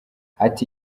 ati